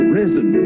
risen